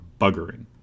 buggering